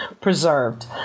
preserved